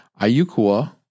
Ayukua